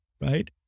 right